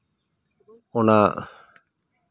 ᱚᱱᱟ